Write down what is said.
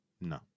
no